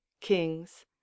kings